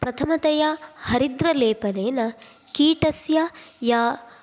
प्रथमतया हरिद्रालेपनेन कीटस्य ये